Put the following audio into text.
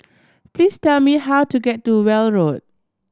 please tell me how to get to Weld Road